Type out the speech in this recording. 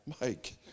Mike